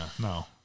no